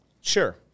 Sure